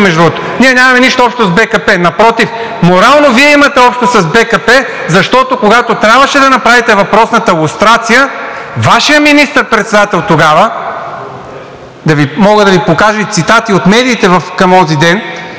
Ние нямаме нищо общо с БКП, напротив, морално Вие имате общо с БКП, защото, когато трябваше да направите въпросната лустрация, Вашият министър-председател тогава, мога да Ви покажа и цитати от медиите към онзи ден,